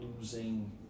losing